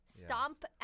stomp